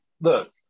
Look